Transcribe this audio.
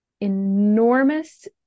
enormous